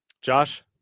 Josh